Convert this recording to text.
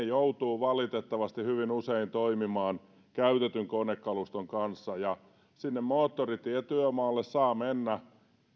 joutuvat valitettavasti hyvin usein toimimaan käytetyn konekaluston kanssa sinne moottoritietyömaalle saa mennä